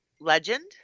legend